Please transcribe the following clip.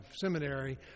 seminary